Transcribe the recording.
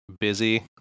busy